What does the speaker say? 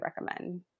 recommend